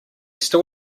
still